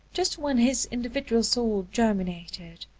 just when his individual soul germinated,